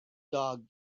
dog